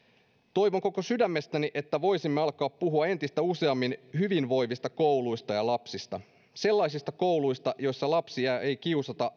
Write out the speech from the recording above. toivon koko sydämestäni että voisimme alkaa puhua entistä useammin hyvinvoivista kouluista ja lapsista sellaisista kouluista joissa lapsia ei kiusata